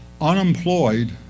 unemployed